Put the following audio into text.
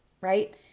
right